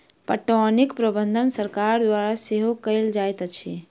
पटौनीक प्रबंध सरकार द्वारा सेहो कयल जाइत अछि